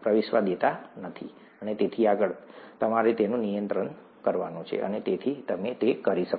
પ્રવેશવા દેતા નથી અને તેથી આગળ તમારું તેના પર નિયંત્રણ છે અને તેથી તમે તે કરી શકો છો